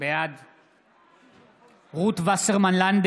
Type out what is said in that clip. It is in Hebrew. בעד רות וסרמן לנדה, נגד